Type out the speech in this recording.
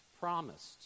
promised